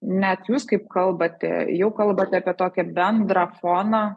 net jūs kaip kalbate jau kalbate apie tokį bendrą foną